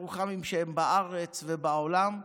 הירוחמים שבארץ ובעולם.